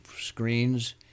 screens